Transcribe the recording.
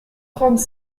trente